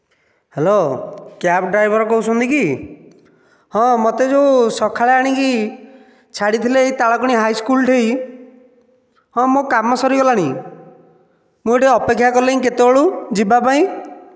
hello cab driver କହୁଛନ୍ତି କି ହଁ ମୋତେ ଯେଉଁ ସକାଳେ ଆଣିକି ଛାଡ଼ିଥିଲେ ଏଇ ତାଳବଣି ହାଇସ୍କୁଲ ଠାରେ ହଁ ମୋ କାମ ସରିଗଲାଣି ମୁଁ ଏଇଠି ଅପେକ୍ଷା କଲିଣି କେତେବେଳୁ ଯିବା ପାଇଁ